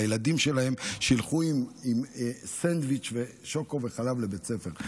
שהילדים שלהן הלכו עם סנדוויץ' ושוקו וחלב לבית הספר.